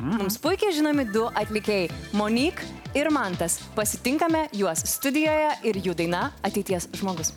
mums puikiai žinomi du atlikėjai monyk ir mantas pasitinkame juos studijoje ir jų daina ateities žmogus